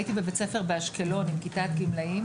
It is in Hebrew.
הייתי בכיתת גמלאים